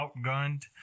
outgunned